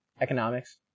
economics